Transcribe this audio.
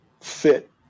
fit